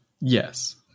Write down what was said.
Yes